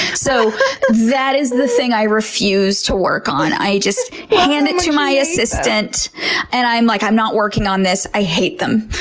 so that is the thing i refuse to work on. i just hand it to my assistant and i'm like, i'm not working on this. i hate them.